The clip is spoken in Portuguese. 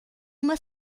uma